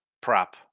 prop